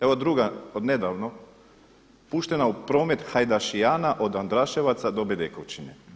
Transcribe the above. Evo druga, od nedavno, puštena u promet „Hajdašijana“ od Andraševeca do Bedekovčine.